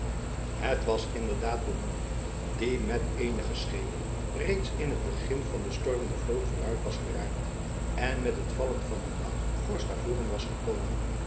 het was inderdaad beaumont die met eenige schepen reeds in het begin van den storm de vloot vooruit was geraakt en met het vallen van den nacht voor stavoren was gekomen